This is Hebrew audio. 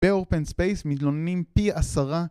באופן ספייס מתלוננים פי עשרה